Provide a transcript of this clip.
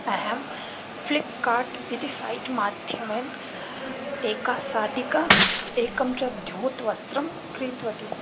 अहं फ़्लिप्कार्ट् इति सैट् माध्यमेन् एका शाटिका एकम् च् धौतवस्त्रं क्रीतवती